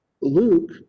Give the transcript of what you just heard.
Luke